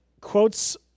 quotes